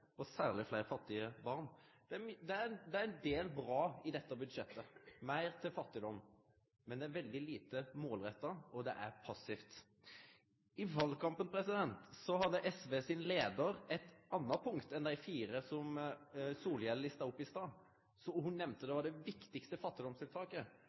fattige, særleg fleire fattige barn. Det er ein del bra i dette budsjettet. Det er meir til fattigdom, men det er veldig lite målretta, og det er passivt. I valkampen hadde leiaren i SV eit anna punkt enn dei fire som Solhjell lista opp i stad. Ho nemnde